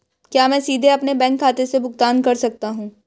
क्या मैं सीधे अपने बैंक खाते से भुगतान कर सकता हूं?